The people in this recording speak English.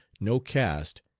no caste,